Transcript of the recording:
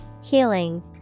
Healing